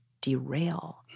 derail